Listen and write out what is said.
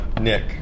Nick